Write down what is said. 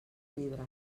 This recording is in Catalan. llibre